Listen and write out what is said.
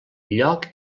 lloc